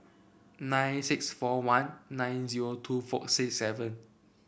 nine six four one nine zero two four six seven